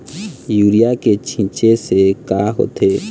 Urea के छींचे से का होथे?